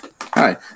Hi